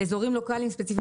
באזורים לוקאלים ספציפיים.